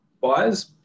buyers